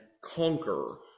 conquer